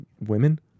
women